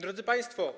Drodzy Państwo!